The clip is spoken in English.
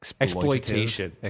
Exploitation